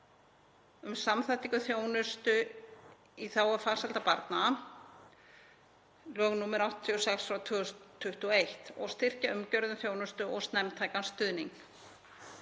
um samþættingu þjónustu í þágu farsældar barna, nr. 86/2021, og styrkja umgjörð um þjónustu og snemmtækan stuðning